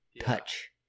touch